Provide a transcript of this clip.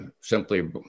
simply